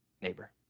neighbor